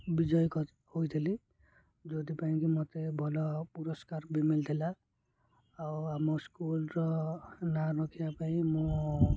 ବିଜୟ ହେଇଥିଲି ଯେଉଁଥି ପାଇଁ କି ମୋତେ ଭଲ ପୁରସ୍କାର ବି ମିଳିଥିଲା ଆଉ ଆମ ସ୍କୁଲର ନାଁ ରଖିବା ପାଇଁ ମୁଁ